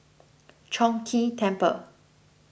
Chong Ghee Temple